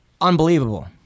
unbelievable